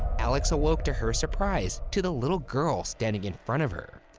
alix awoke, to her surprise, to the little girl standing in front of her.